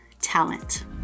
talent